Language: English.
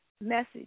message